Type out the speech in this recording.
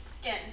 skin